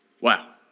Wow